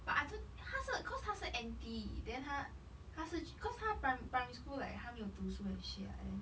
but I don't 他是 because 他是 N_T then 他他是 because 他 pri~ primary school like 他没有读书 and shit lah then